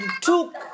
took